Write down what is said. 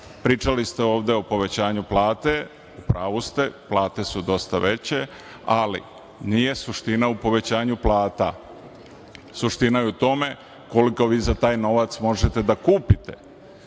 Pričali ste ovde o povećanju plate. U pravu ste, plate su dosta veće, ali nije suština u povećanju plata. Suština je u tome koliko vi za taj novac možete da kupite.